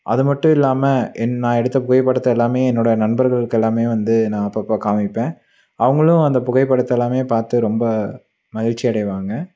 அது மட்டுல்லாமல் என் நான் எடுத்த புகைப்படத்தை எல்லாமே என்னோடய நண்பர்களுக்கு எல்லாமே வந்து நான் அப்பப்போ காமிப்பேன் அவங்களும் அந்த புகைப்படத்தை எல்லாமே பார்த்து ரொம்ப மகிழ்ச்சி அடைவாங்க